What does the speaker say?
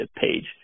page